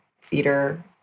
theater